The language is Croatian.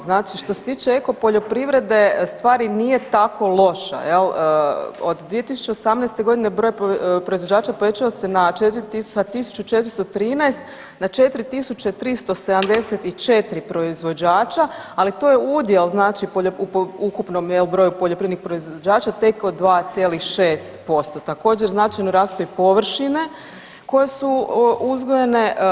Znači što se tiče eko poljoprivrede stvar i nije tako loša jel, od 2018.g. broj proizvođača povećao se sa 1.413 na 4.374 proizvođača, ali to je udjel znači u ukupnom jel broju poljoprivrednih proizvođača tek od 2,6%, također značajno rastu i površine koje su uzgojene.